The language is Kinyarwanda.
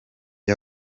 com